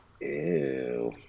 Ew